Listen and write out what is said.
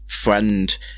friend